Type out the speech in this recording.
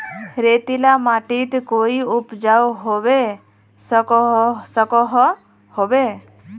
रेतीला माटित कोई उपजाऊ होबे सकोहो होबे?